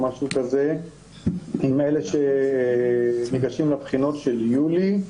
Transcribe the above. עם אלה שניגשים לבחינות של יולי.